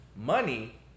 money